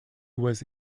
was